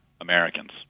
Americans